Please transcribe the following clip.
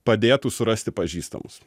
padėtų surasti pažįstamus